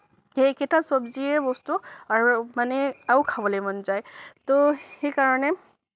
সেইকেইটা চব্জিৰে বস্তু আৰু মানে আৰু খাবলৈ মন যায় ত' সেইকাৰণে